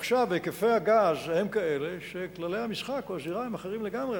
ועכשיו היקפי הגז הם כאלה שכללי המשחק או הזירה הם אחרים לגמרי.